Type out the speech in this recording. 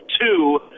two